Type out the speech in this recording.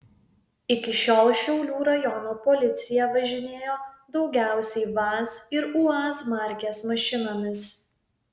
iki šiol šiaulių rajono policija važinėjo daugiausiai vaz ir uaz markės mašinomis